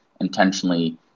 intentionally